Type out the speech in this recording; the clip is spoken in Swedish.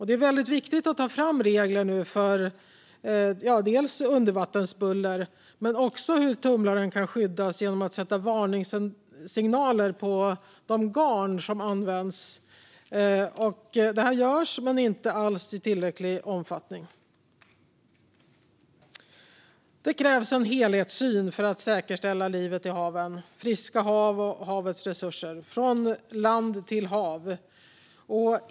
Det är väldigt viktigt att nu ta fram regler om exempelvis undervattensbuller och om hur tumlaren kan skyddas genom att man sätter varningssignaler på de garn som används. Detta görs men inte alls i tillräcklig omfattning. Det krävs en helhetssyn för att säkerställa livet i haven, friska hav och havets resurser - från land till hav.